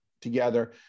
together